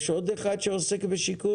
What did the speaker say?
האם יש עוד אחד שעוסק בשיכון?